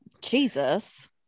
jesus